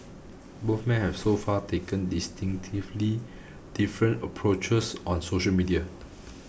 both men have so far taken distinctively different approaches on social media